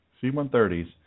C-130s